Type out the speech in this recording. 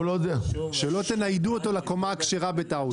שלא תניידו אותו לקומה הכשרה בטעות.